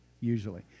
usually